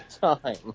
time